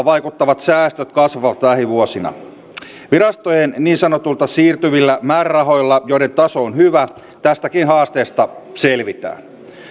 vaikuttavat säästöt kasvavat lähivuosina virastojen niin sanotuilla siirtyvillä määrärahoilla joiden taso on hyvä tästäkin haasteesta selvitään